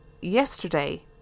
Yesterday